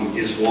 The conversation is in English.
is